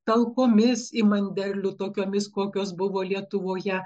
talkomis imant derlių tokiomis kokios buvo lietuvoje